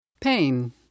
Pain